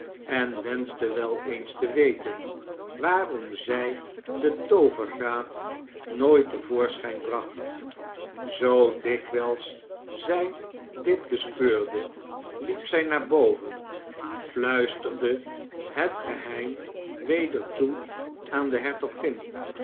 en wenscnte wel eens te weten waarom zy de toovergraat nooit te voorschijn bracht zoo dikwyls zy dit bespeurde liep zy naar boven fluisterde het geheim weder toe aan de hertogin